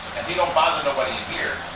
and he don't bother nobody in here,